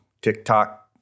TikTok